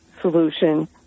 solution